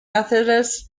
methodist